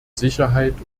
sicherheit